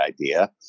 idea